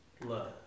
love